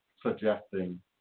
suggesting